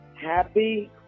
happy